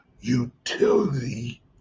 utility